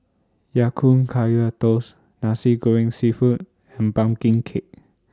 Ya Kun Kaya Toast Nasi Goreng Seafood and Pumpkin Cake